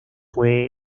fue